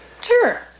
Sure